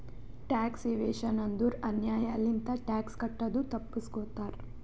tax evasion ಅಂದುರ್ ಅನ್ಯಾಯ್ ಲಿಂತ ಟ್ಯಾಕ್ಸ್ ಕಟ್ಟದು ತಪ್ಪಸ್ಗೋತಾರ್